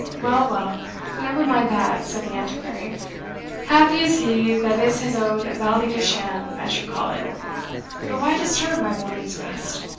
well, well never mind that, said the antiquary happy is he that is his own valley-de-sham, as you call it but why disturb my morning's rest?